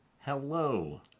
Hello